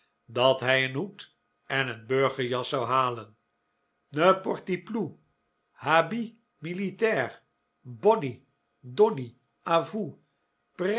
dat hij een hoed en een burgerjas zou halen ne potty ploe habit militair bonny donny a